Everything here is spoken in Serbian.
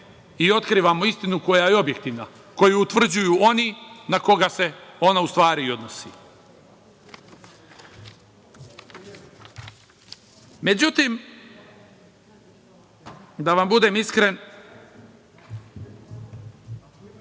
i otkrivamo istinu koja je objektivna, koji utvrđuju oni na koga se ona u stvari i odnosi.Međutim, da vam budem iskren,